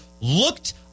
looked